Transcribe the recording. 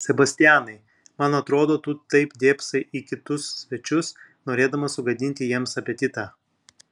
sebastianai man atrodo tu taip dėbsai į kitus svečius norėdamas sugadinti jiems apetitą